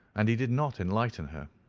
and he did not enlighten her.